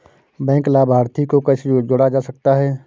Bank लाभार्थी को कैसे जोड़ा जा सकता है?